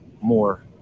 more